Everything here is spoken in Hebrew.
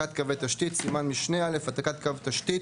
סימן א׳, העתקת קווי תשתית